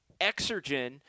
Exergen